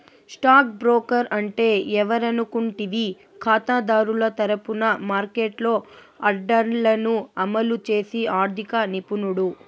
stock broker అంటే ఎవరనుకుంటివి కాతాదారుల తరపున మార్కెట్లో ఆర్డర్లను అమలు చేసి ఆర్థిక నిపుణుడు